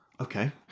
Okay